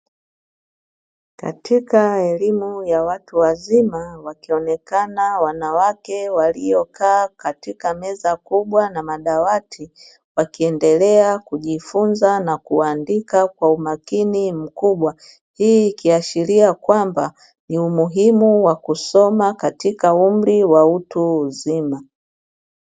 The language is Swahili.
Katika elimu ya watu wazima wakionekana wanawake waliokaa katika meza kubwa na madawati, wakiendelea kujifunza na kuandika kwa umakini mkubwa. Hii kiashiria kwamba ni umuhimu wa kusoma katika umri wa utu uzima.